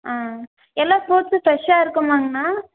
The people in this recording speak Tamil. ஆ எல்லா ஃபுரூட்ஸ்ஸும் ஃபிரெஷ்ஷாக இருக்குமாங்ண்ணா